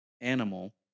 Animal